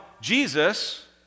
jesus